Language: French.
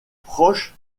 proche